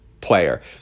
player